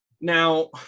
Now